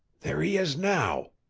there he is now,